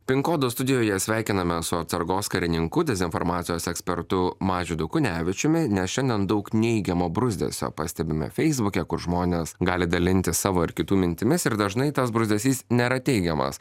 pin kodo studijoje sveikinamės su atsargos karininku dezinformacijos ekspertu mažvydu kunevičiumi nes šiandien daug neigiamo bruzdesio pastebime feisbuke kur žmonės gali dalintis savo ir kitų mintimis ir dažnai tas bruzdesys nėra teigiamas